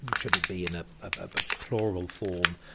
but should it be in a ah but plural form?